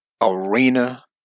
arena